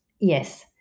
Yes